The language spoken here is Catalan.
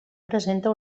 presenta